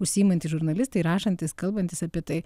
užsiimantys žurnalistai rašantys kalbantys apie tai